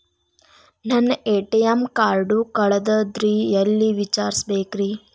ನನ್ನ ATM card ಕಳದದ್ರಿ ಎಲ್ಲಿ ವಿಚಾರಿಸ್ಬೇಕ್ರಿ?